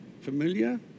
Familiar